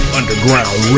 Underground